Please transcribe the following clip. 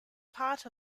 part